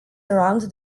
around